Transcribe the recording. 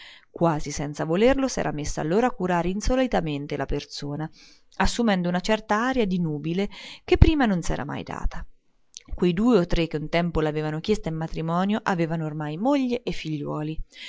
quasi senza volerlo s'era messa allora a curare insolitamente la persona assumendo una cert'aria di nubile che prima non s'era mai data quei due o tre che un tempo l'avevano chiesta in matrimonio avevano ormai moglie e figliuoli